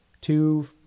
two